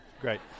Great